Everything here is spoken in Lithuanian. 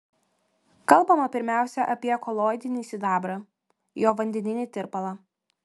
kalbama pirmiausia apie koloidinį sidabrą jo vandeninį tirpalą